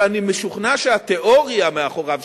שאני משוכנע שהתיאוריה מאחוריו,